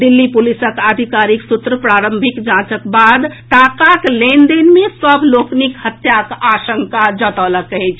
दिल्ली पुलिसक आधिकारिक सूत्र प्रारंभिक जांचक बाद टाकाक लेन देन मे सभ लोकनिक हत्याक आशंका जतौलक अछि